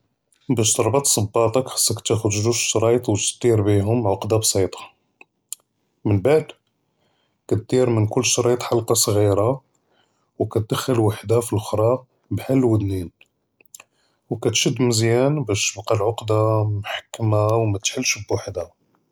באש נרתבּ צבּאטכ חצכ תאכּ'ד זוג שראיט וש תדיר בּיהם עקּדה בּסיטה, מןבעד כתדיר מן כל שרט חַלְקָה צע'ירה, וכּתדכּ'ל וחדה פלאוכּ'רא, בחאל לאודנין וכּתשד מזיאן, באש תבקּא לאעקּדה מחכּמה וּמתתחּלש בּוחדהא.